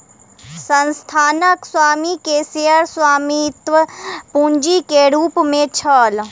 संस्थानक स्वामी के शेयर स्वामित्व पूंजी के रूप में छल